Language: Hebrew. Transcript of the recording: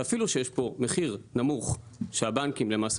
שאפילו שיש פה מחיר נמוך שהבנקים למעשה